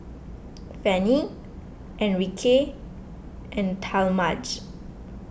Fannye Enrique and Talmadge